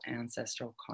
ancestral